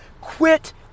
Quit